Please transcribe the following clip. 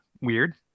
weird